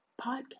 podcast